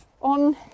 on